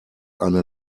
eine